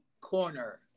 corner